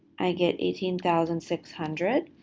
i get eighteen thousand six hundred